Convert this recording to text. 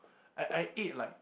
I I ate like